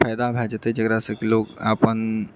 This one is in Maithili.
फायदा भए जेतै जेकरासँ कि लोक अपन